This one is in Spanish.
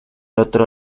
otro